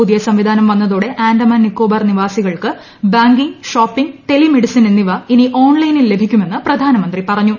പുതിയ സംവിധാനം വന്നതോടെ ആൻഡമാൻ നിക്കോബാർ നിവാസികൾക്ക് ബാങ്കിംഗ് ഷോപ്പിംഗ് ടെലി മെഡിസിൻ എന്നിവ ഇനി ഓൺലൈനിൽ ലഭിക്കുമെന്ന് പ്രധാനമന്ത്രി പറഞ്ഞു